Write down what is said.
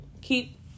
keep